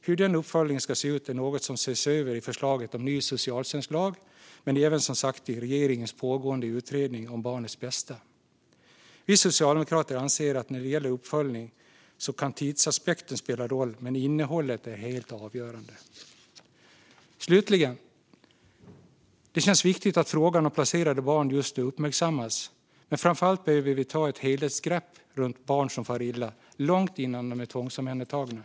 Hur den uppföljningen ska se ut är något som ses över i förslaget om ny socialtjänstlag men som sagt även i regeringens pågående utredning om barnets bästa. Vi socialdemokrater anser att när det gäller uppföljning kan tidsaspekten spela roll, men innehållet är helt avgörande. Slutligen, fru talman: Det känns viktigt att frågan om placerade barn nu uppmärksammas. Men framför allt behöver vi ta ett helhetsgrepp om barn som far illa, långt innan de blir tvångsomhändertagna.